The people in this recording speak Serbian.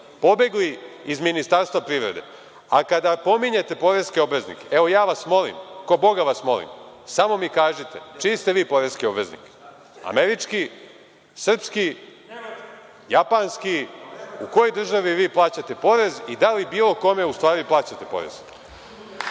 pobegli iz Ministarstva privrede. A kada pominjete poreske obveznike, evo ja vas molim, kao Boga vas molim, samo mi kažite, čiji ste vi poreski obveznik, američki, srpski, japanski? U kojoj državi vi plaćate porez i da li bilo kome u stvari plaćate porez?